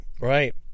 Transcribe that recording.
Right